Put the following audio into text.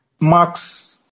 Max